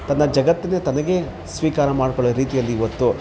ತನ್ನ ಜಗತ್ತನ್ನೆ ತನಗೆ ಸ್ವೀಕಾರ ಮಾಡ್ಕೋಳೊ ರೀತಿಯಲ್ಲಿ ಇವತ್ತು